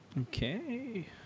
Okay